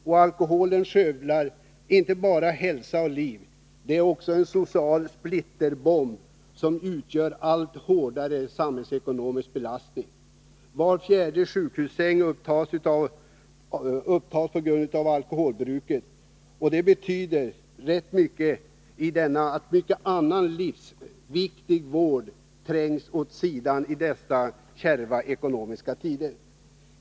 Och alkoholen skövlar inte bara hälsa och liv, den är också en social splitterbomb, som utgör en allt hårdare samhällsekonomisk belastning. Var fjärde sjukhussäng upptas av människor som vårdas p. g. a. alkoholbruket. Det betyder att mycket annan livsviktig vård trängs åt sidan i dessa ekonomiskt kärva tider.